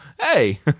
hey